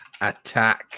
attack